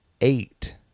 eight